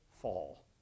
fall